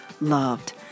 loved